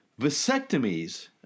vasectomies